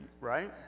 Right